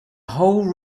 whole